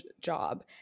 job